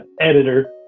editor